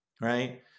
right